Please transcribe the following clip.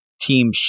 Team